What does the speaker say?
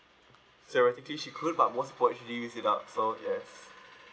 theoretically she could but most people usually use it up so yes